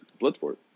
Bloodsport